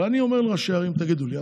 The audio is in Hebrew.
אבל אני אומר לראשי הערים: תגידו לי,